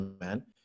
man